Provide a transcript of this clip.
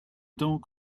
donc